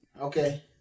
Okay